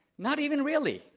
not even really,